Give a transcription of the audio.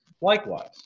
likewise